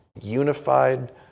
unified